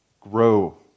grow